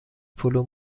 پلو